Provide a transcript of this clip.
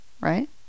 right